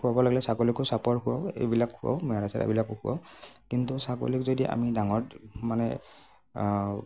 খুৱাব লাগে ছাগলীকো চাপৰ খুৱাওঁ এইবিলাক খুৱাওঁ মেৰা চেৰা এইবিলাকো খুৱাওঁ কিন্তু ছাগলীক যদি আমি ডাঙৰ মানে